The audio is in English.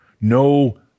no